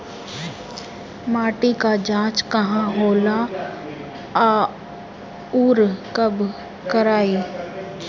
माटी क जांच कहाँ होला अउर कब कराई?